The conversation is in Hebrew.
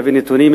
להביא נתונים,